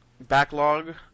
backlog